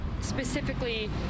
specifically